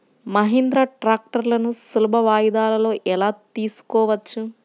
మహీంద్రా ట్రాక్టర్లను సులభ వాయిదాలలో ఎలా తీసుకోవచ్చు?